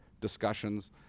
discussions